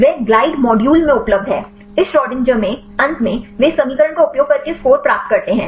वे glide module में उपलब्ध हैं इस श्रोडिंगर में अंत में वे इस समीकरण का उपयोग करके स्कोर प्राप्त करते हैं